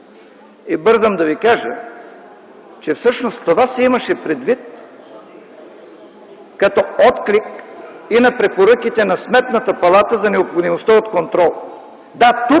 Бързам да ви кажа, че всъщност това се имаше предвид като отклик и на препоръките на Сметната палата за необходимостта от контрол.